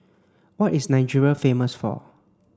what is Nigeria famous for